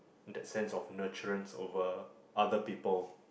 that sense of nurturance over other people